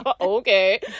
Okay